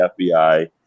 FBI